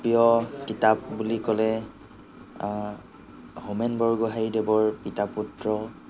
প্ৰিয় কিতাপ বুলি ক'লে হোমেন বৰগোহাঞিদেৱৰ পিতা পুত্ৰ